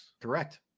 Correct